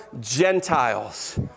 Gentiles